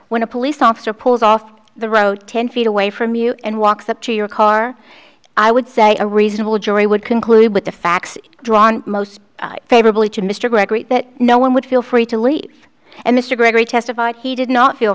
when a police officer pulls off the road ten feet away from you and walks up to your car i would say a reasonable jury would conclude with the facts drawn most favorably to mr gregory that no one would feel free to leave and mr gregory testified he did not feel